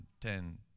ten